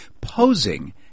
posing